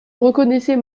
reconnaissait